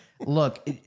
Look